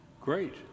Great